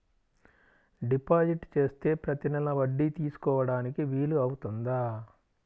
Deposit చేస్తే ప్రతి నెల వడ్డీ తీసుకోవడానికి వీలు అవుతుందా?